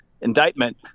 indictment